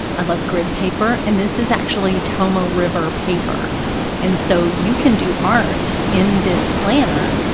i love grid paper and this is actually tomoe river paper and so you can do art in this planner,